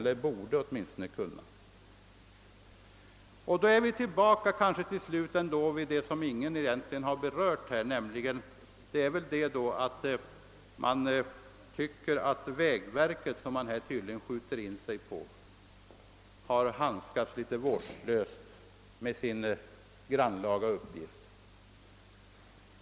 Till slut kommer vi då tillbaka till det som ingen egentligen berört, nämligen att vägverket, som man tydligen skjuter in sig på, har handskats litet vårdslöst med sin grannlaga uppgift.